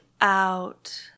out